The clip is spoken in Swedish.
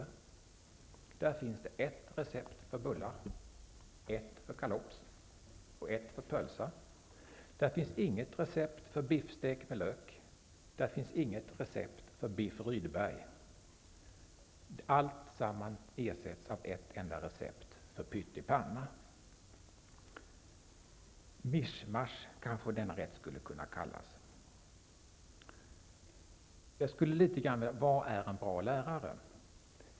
I den finns det ett recept för bullar, ett för kalops och ett för pölsa. I den finns inget recept för biffstek med lök och för biff à la Rydberg. Alltsammans ersätts med ett enda recept för pytt i panna. Den rätten skulle kanske kunna kallas mischmasch. Vad menas då med en bra lärare?